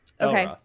Okay